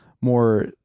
more